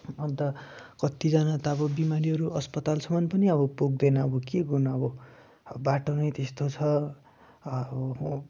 अन्त कतिजना त अब बिमारीहरू अस्पतालसम्म पनि अब पुग्दैन अब के गर्नु अब अब बाटो नै त्यस्तो छ अब